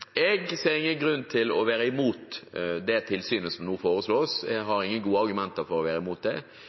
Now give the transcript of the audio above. å være imot det tilsynet som nå foreslås. Jeg har ingen gode argumenter for å være imot det.